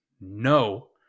no